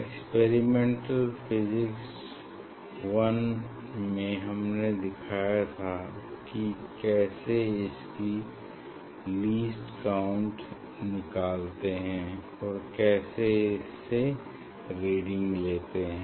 experimental physics one में मैंने दिखाया था कि कैसे इसकी लीस्ट काउंट निकालते हैं और कैसे इससे रीडिंग लेते हैं